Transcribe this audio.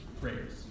prayers